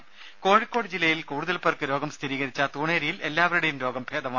രുഭ കോഴിക്കോട് ജില്ലയിൽ കൂടുതൽപേർക്ക് രോഗം സ്ഥിരീകരിച്ച തൂണേരിയിൽ എല്ലാവരുടേയും രോഗം ഭേദമായി